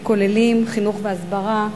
שכוללים חינוך והסברה,